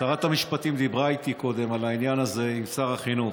שרת המשפטים דיברה איתי קודם על העניין הזה עם שר החינוך.